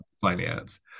finance